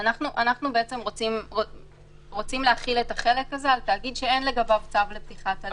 אנחנו רוצים להחיל את החלק הזה על תאגיד שאין לגביו צו לפתיחת הליכים.